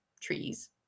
trees